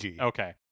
Okay